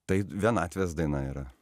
tai vienatvės daina yra